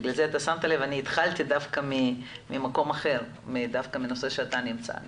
לכן התחלתי מהנושא שאתה נמצא בו.